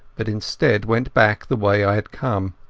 but instead went back the way i had come,